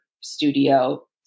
studio